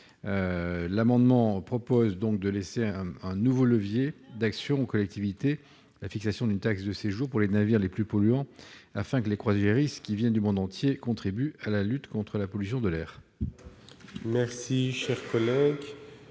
s'agit donc de laisser un nouveau levier d'action aux collectivités, à savoir la fixation d'une taxe de séjour pour les navires les plus polluants, afin que les croisiéristes, qui viennent du monde entier, contribuent à la lutte contre la pollution de l'air. L'amendement